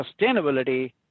sustainability